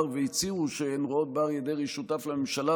והציעו שהן רואות באריה דרעי שותף לממשלה,